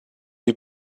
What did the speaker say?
you